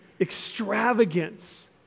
extravagance